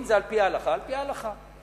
אם זה על-פי ההלכה, על-פי ההלכה.